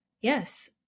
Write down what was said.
yes